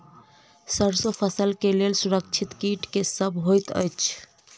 सैरसो फसल केँ लेल असुरक्षित कीट केँ सब होइत अछि?